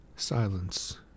Silence